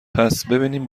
پسببینیم